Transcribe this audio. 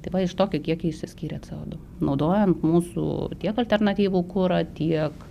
tai va iš tokio kiekio išsiskyrė c o du naudojant mūsų tiek alternatyvų kurą tiek